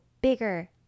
bigger